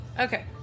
okay